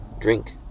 Drink